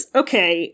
okay